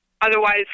otherwise